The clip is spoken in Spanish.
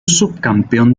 subcampeón